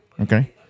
Okay